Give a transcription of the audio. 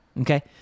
okay